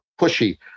pushy